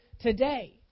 today